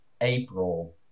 April